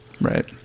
Right